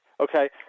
okay